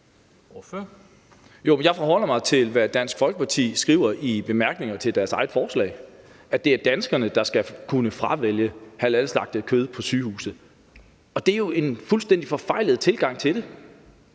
jeg forholder mig til, hvad Dansk Folkeparti skriver i bemærkningerne til deres eget forslag, altså at det er danskerne, der skal kunne fravælge halalslagtet kød på sygehuse, og det er jo en fuldstændig forfejlet tilgang til det.